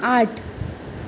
आठ